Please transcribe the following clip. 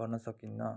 गर्न सकिन्न